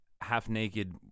half-naked